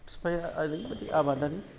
बिफाया ओरैबायदि आबादारि